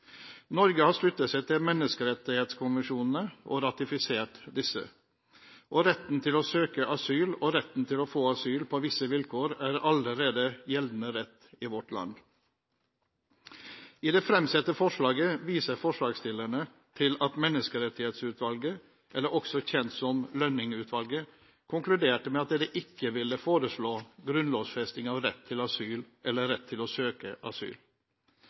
Norge har sluttet seg til menneskerettskonvensjonene og ratifisert disse, og retten til å søke asyl og retten til å få asyl på visse vilkår er allerede gjeldende rett i vårt land. I det fremsatte forslaget viser forslagsstillerne til at Menneskerettighetsutvalget, også kjent som Lønning-utvalget, konkluderte med at det ikke ville foreslå «grunnlovsfesting av rett til asyl eller rett til å søke asyl».